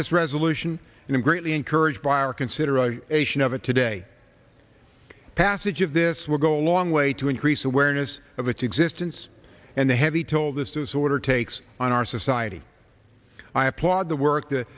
this resolution and i'm greatly encouraged by or consider a shot of it today passage of this will go a long way to increase awareness of its existence and the heavy toll this disorder takes on our society i applaud the